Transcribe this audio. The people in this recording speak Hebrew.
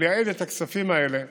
ולייעד את הכספים האלה